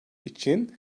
için